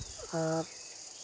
ᱟᱨ